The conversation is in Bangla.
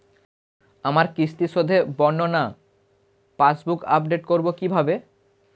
আমার কিস্তি শোধে বর্ণনা পাসবুক আপডেট করব কিভাবে?